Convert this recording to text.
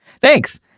Thanks